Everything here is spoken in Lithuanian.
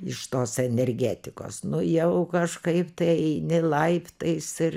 iš tos energetikos nu jau kažkaip tai eini laiptais ir